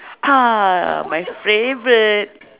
ha my favourite